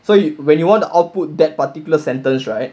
so when you want to output that particular sentence right